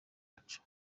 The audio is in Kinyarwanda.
yacu